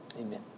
Amen